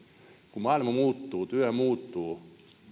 kun maailma muuttuu työ muuttuu